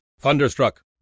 Thunderstruck